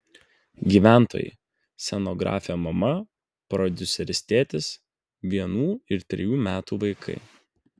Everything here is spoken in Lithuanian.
gyventojai scenografė mama prodiuseris tėtis vienų ir trejų metų vaikai